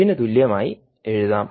ഇതിന് തുല്യമായി എഴുതാം